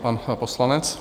Pan poslanec.